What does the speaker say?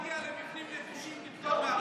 עכשיו אפשר להגיע למבנים נטושים ופטור מארנונה?